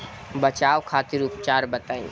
बचाव खातिर उपचार बताई?